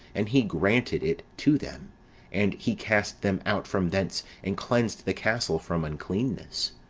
and he granted it to them and he cast them out from thence and cleansed the castle from uncleannesses.